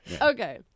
Okay